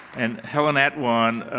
and helen atwan,